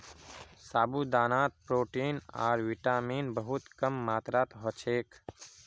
साबूदानात प्रोटीन आर विटामिन बहुत कम मात्रात ह छेक